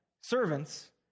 servants